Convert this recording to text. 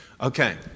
Okay